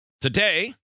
today